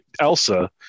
Elsa